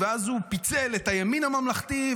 ואז הוא פיצל את הימין הממלכתי,